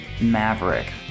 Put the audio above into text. Maverick